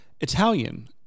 Italian